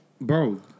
Bro